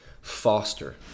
foster